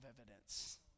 evidence